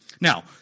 Now